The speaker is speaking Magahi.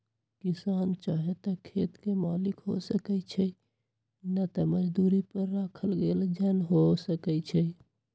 किसान चाहे त खेत के मालिक हो सकै छइ न त मजदुरी पर राखल गेल जन हो सकै छइ